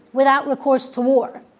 without recourse to war.